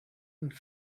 and